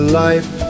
life